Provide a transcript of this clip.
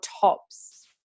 tops